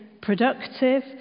productive